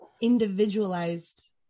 individualized